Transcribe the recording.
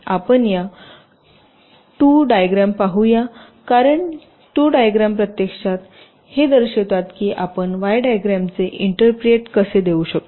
आपण या 2 डायग्रॅम पाहूया कारण या 2 डायग्रॅम प्रत्यक्षात हे दर्शवितात की आपण वाय डायग्रॅमचे इंटर्प्रिएट कसे देऊ शकतो